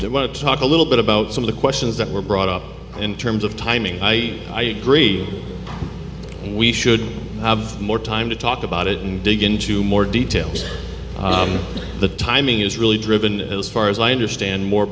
t want to talk a little bit about some of the questions that were brought up in terms of timing i agree we should have more time to talk about it and begin to more details the timing is really driven as far as i understand more